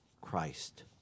Christ